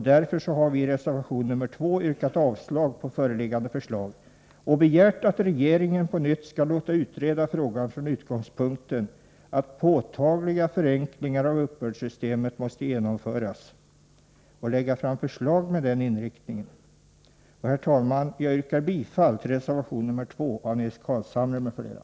Därför har vi i reservation nr 2 yrkat avslag på detsamma och begärt att regeringen på nytt skall låta utreda frågan från utgångspunkten att påtagliga förenklingar av uppbördssystemet måste genomföras samt lägga fram förslag med denna inriktning. Herr talman! Jag yrkar bifall till reservation nr 2 av Nils Carlshamre m.fl.